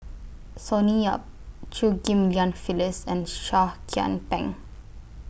Sonny Yap Chew Ghim Lian Phyllis and Seah Kian Peng